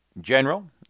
general